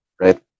right